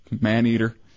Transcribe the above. Man-eater